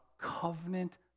covenant